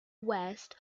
west